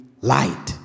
light